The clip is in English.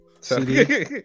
CD